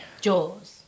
Jaws